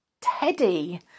teddy